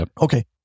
Okay